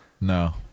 No